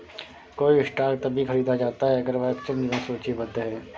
कोई स्टॉक तभी खरीदा जाता है अगर वह एक्सचेंज में सूचीबद्ध है